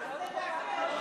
אז נתקן.